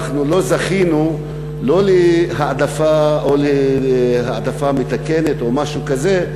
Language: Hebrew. אנחנו לא זכינו לא להעדפה או להעדפה מתקנת או משהו כזה,